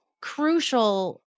crucial